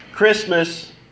Christmas